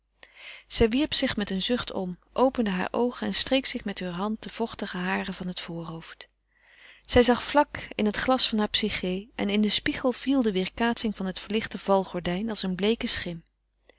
zij wierp zich met een zucht om opende hare oogen en streek zich met heure hand de vochtige haren van het voorhoofd zij zag vlak in het glas van haar psyché en in den spiegel viel de weêrkaatsing van het verlichte valgordijn als een bleeke schim